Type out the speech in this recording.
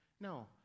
No